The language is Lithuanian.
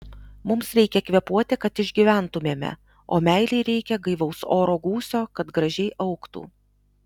mums reikia kvėpuoti kad išgyventumėme o meilei reikia gaivaus oro gūsio kad gražiai augtų